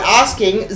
asking